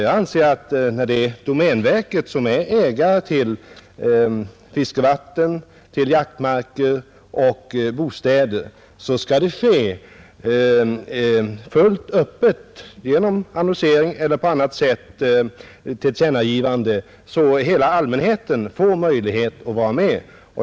Jag anser att när domänverket är ägare till fiskevatten, jaktmarker och bostäder skall upplåtelse ske fullt öppet genom annonsering eller tillkännagivande på annat sätt så att allmänheten får möjlighet att vara med.